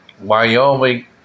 Wyoming